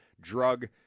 drug